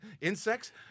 Insects